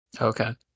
Okay